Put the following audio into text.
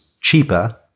cheaper